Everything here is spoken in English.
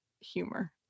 humor